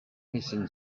hissing